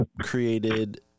created